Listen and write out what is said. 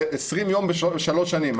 זה 20 יום בשלוש שנים.